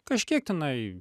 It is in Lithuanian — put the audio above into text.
kažkiek tenai